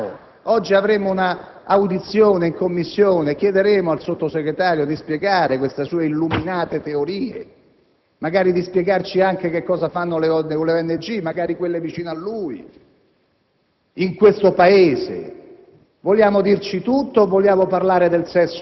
Certamente, non possiamo consentire che alcuni Sottosegretari vadano in giro per il mondo, caro vice ministro Intini, affermando che il precedente Governo ha fatto peggio della mafia in Italia. Ma dove siamo, signor Presidente? Ma vi rendete conto?